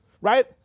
Right